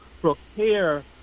prepare